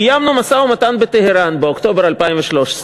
"קיימנו משא-ומתן בטהרן באוקטובר 2003"